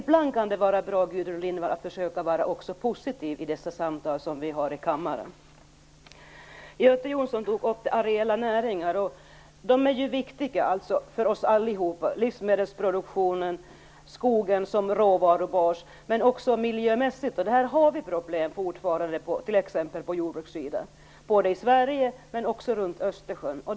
Ibland kan det vara bra att försöka vara positiv också i de samtal som vi har i kammaren, Gudrun Lindvall. Göte Jonsson tog upp de areella näringarna. De är ju viktiga för oss allihop t.ex. för livsmedelsproduktionen och skogen som råvarubas, men också miljömässigt. Och där har vi fortfarande problem på t.ex. jordbruksidan både i Sverige och runt Östersjön.